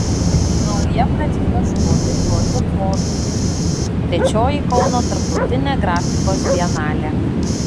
nauja pradžia ieškoti grožio formų trečioji kauno tarptautinė grafikos bienalė